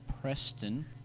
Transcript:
Preston